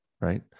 right